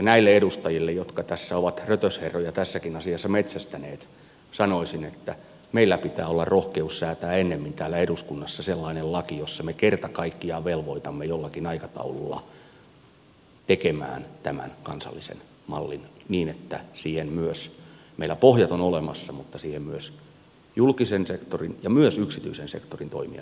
näille edustajille jotka ovat rötösherroja tässäkin asiassa metsästäneet sanoisin että meillä pitää olla rohkeus ennemmin täällä eduskunnassa säätää sellainen laki jolla me kerta kaikkiaan velvoitamme jollakin aikataululla tekemään kansallisen mallin niin että siihen myös meillä pohjat ovat olemassa mutta siihen liittyvät myös julkisen sektorin ja myös yksityisen sektorin toimijat